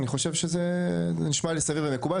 אני חושב שזה נשמע לי סביר ומקובל.